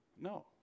No